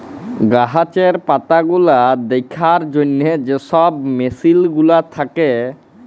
গাহাচের পাতাগুলা দ্যাখার জ্যনহে যে ছব মেসিল গুলা থ্যাকে